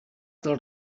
del